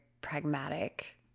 pragmatic